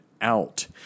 out